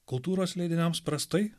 kultūros leidiniams prastai